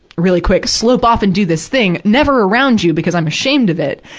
really quick slope off and do this thing. never around you, because i'm ashamed of it.